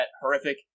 horrific